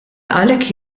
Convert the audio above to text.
għalhekk